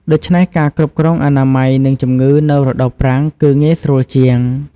ដូច្នេះការគ្រប់គ្រងអនាម័យនិងជំងឺនៅរដូវប្រាំងគឺងាយស្រួលជាង។